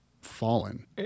fallen